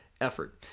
effort